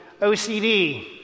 OCD